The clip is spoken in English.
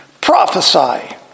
Prophesy